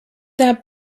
that